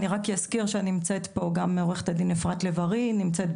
אני רק אזכיר שנמצאת פה גם עורכת הדין אפרת לב ארי בזום,